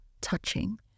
touching